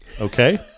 okay